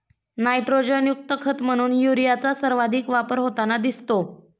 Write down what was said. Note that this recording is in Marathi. नायट्रोजनयुक्त खत म्हणून युरियाचा सर्वाधिक वापर होताना दिसतो